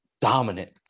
dominant